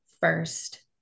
first